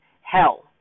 hell